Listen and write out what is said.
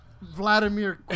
Vladimir